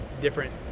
different